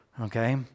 okay